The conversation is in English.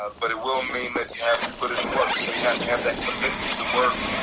but it will mean that you have to put in the work. so you have to have that commitment to work,